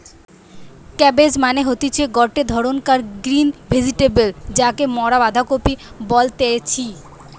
cabbage মানে হতিছে গটে ধরণকার গ্রিন ভেজিটেবল যাকে মরা বাঁধাকপি বলতেছি